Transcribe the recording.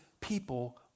people